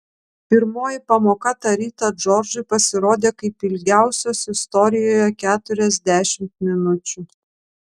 pirmoji pamoka tą rytą džordžui pasirodė kaip ilgiausios istorijoje keturiasdešimt minučių